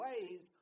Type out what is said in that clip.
ways